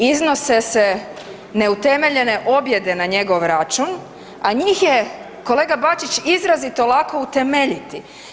Iznose se neutemeljen objede na njegov račun a njih je kolega Bačić, izrazito lako utemeljiti.